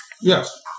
Yes